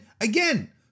again